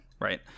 right